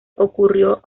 concurrió